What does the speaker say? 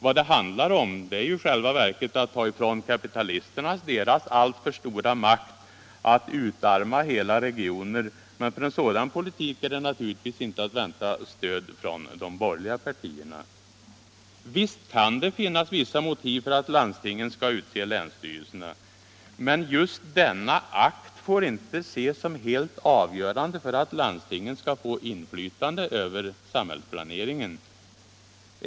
Vad det handlar om är i själva verket att ta ifrån kapitalisterna deras alltför stora makt att utarma hela regioner, men för en sådan politik är det naturligtvis inte att vänta något stöd från de borgerliga partierna. Visst kan det finnas vissa motiv för att landstingen skall utse länsstyrelserna. Men just denna akt får inte ses som helt avgörande för att landstingen skall få inflytande över samhällsplaneringen.